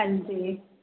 ਹਾਂਜੀ